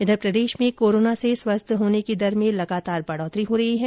इधर प्रदेश में कोरोना से स्वस्थ होने की दर में लगातार बढ़ोतरी हो रही है